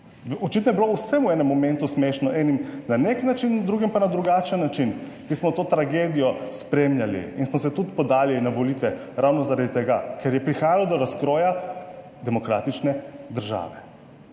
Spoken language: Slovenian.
Očitno je bilo vse v enem momentu smešno, enim na nek način, drugim pa na drugačen način, ki smo to tragedijo spremljali. In smo se tudi podali na volitve ravno zaradi tega, ker je prihajalo do razkroja demokratične države.